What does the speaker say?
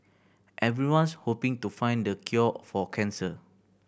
everyone's hoping to find the cure for cancer